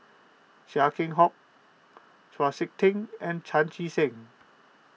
Chia Keng Hock Chau Sik Ting and Chan Chee Seng